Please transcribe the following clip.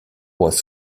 was